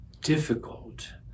difficult